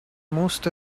most